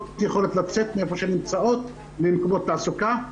יכולת לצאת מאיפה שהן נמצאות למקומות תעסוקה.